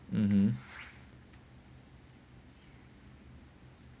mm mm